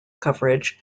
coverage